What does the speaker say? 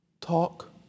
talk